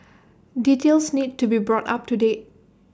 details need to be brought up to date